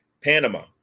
Panama